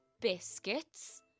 biscuits